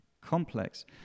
complex